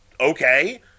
Okay